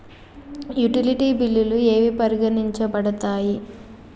Utility బిల్లులు ఏవి పరిగణించబడతాయి?